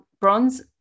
Bronze